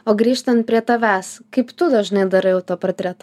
o grįžtant prie tavęs kaip tu dažnai darai autoportretą